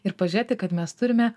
ir pažiūrėti kad mes turime